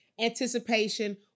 anticipation